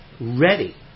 ready